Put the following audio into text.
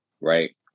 Right